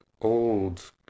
old